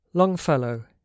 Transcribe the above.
Longfellow